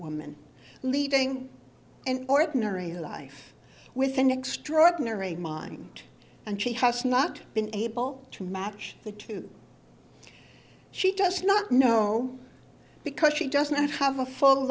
woman leading an ordinary life with an extraordinary mind and she has not been able to match the two she does not know because she does not have a full